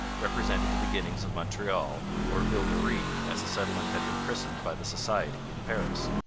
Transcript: represented the beginnings of montreal or ville marie, as the settlement had been christened by the society in paris.